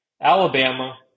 Alabama